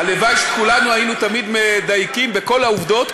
הלוואי שכולנו היינו תמיד מדייקים בכל העובדות,